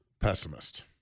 pessimist